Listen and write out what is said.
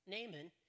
Naaman